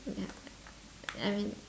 ya I mean